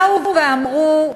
באו ואמרו,